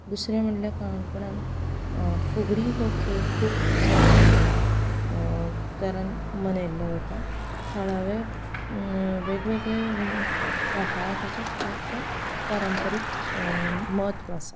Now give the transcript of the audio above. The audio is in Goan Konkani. दुसरें म्हणल्यार काणकोणांत फुगडी हो खेळ खूब तरान मनयलो वता थळावे वेगवेगळे वाठारांत ताचो खुबसो पारंपरीक म्हत्व आसा